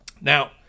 Now